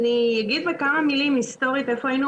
אני אגיד בכמה מילים היסטורית איפה היינו